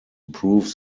prove